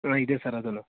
ಹಾಂ ಇದೆ ಸರ್ ಅದೂ